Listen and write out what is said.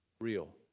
real